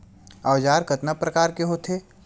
औजार कतना प्रकार के होथे?